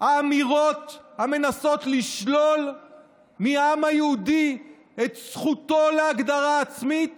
האמירות המנסות לשלול מהעם היהודי את זכותו להגדרה עצמית